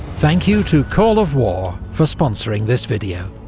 thank you to call of war for sponsoring this video.